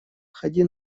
ходи